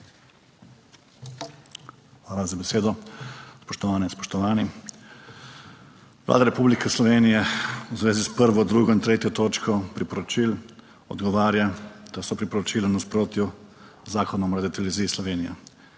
Hvala za besedo. Spoštovane in spoštovani! Vlada Republike Slovenije v zvezi s 1., 2. in 3. točko priporočil odgovarja, da so priporočila v nasprotju z Zakonom o Radioteleviziji Slovenija,